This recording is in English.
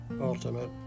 ultimate